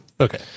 okay